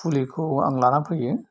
फुलिखौ आं लाना फैयो